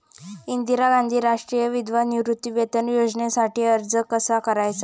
इंदिरा गांधी राष्ट्रीय विधवा निवृत्तीवेतन योजनेसाठी अर्ज कसा करायचा?